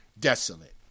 desolate